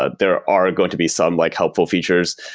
ah there are going to be some like helpful features,